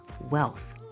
wealth